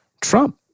Trump